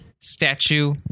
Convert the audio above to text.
statue